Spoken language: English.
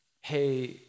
Hey